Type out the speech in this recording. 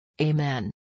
Amen